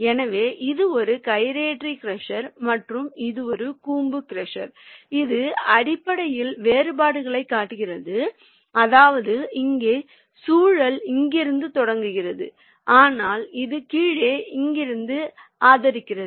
எனவே இது ஒரு கைரேட்டரி க்ரஷர் மற்றும் இது கூம்பு க்ரஷர் இது அடிப்படையில் வேறுபாடுகளைக் காட்டுகிறது அதாவது இங்கே சுழல் இங்கிருந்து தொங்குகிறது ஆனால் அது கீழே இருந்து ஆதரிக்கப்படுகிறது